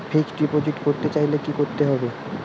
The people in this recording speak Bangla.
ফিক্সডডিপোজিট করতে চাইলে কি করতে হবে?